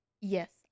yes